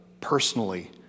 personally